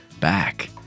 Back